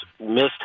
missed